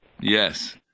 Yes